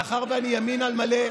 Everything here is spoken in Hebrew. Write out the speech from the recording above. מאחר שאני ימין על מלא,